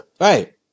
Right